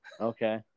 Okay